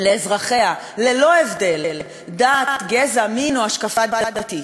לאזרחיה ללא הבדל דת, גזע, מין או השקפה דתית.